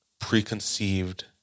preconceived